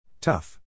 Tough